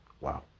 wow